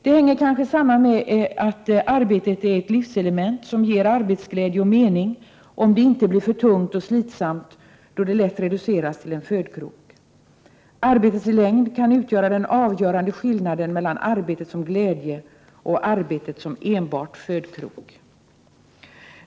Det hänger kanske samman med att arbetet är ett livselement som ger arbetsglädje och mening, om det inte blir för tungt och slitsamt, då det lätt reduceras till en födkrok. Arbetstidens längd kan utgöra den avgörande skillnaden mellan arbetet som glädje och arbetet som enbart födkrok.